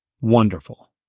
wonderful